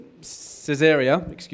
Caesarea